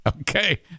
Okay